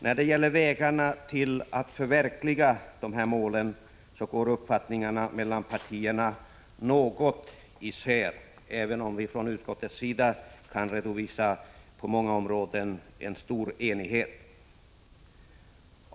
När det gäller vilka vägar som vi skall följa för att förverkliga målen går uppfattningarna något i sär mellan partierna, även om vi från utskottets sida på många områden kan redovisa stor enighet.